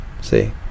See